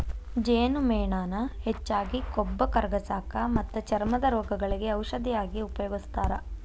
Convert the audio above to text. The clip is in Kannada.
ಜೇನುಮೇಣಾನ ಹೆಚ್ಚಾಗಿ ಕೊಬ್ಬ ಕರಗಸಾಕ ಮತ್ತ ಚರ್ಮದ ರೋಗಗಳಿಗೆ ಔಷದ ಆಗಿ ಉಪಯೋಗಸ್ತಾರ